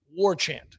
WARCHANT